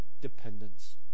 dependence